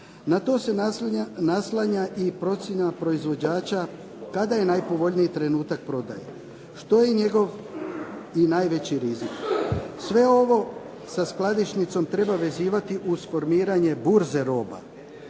Na to se naslanja i procjena proizvođača kada je najpovoljniji trenutak prodaje. Što je njegov i najveći rizik. Sve ovo sa skladišnicom treba vezivati uz formiranje burze roba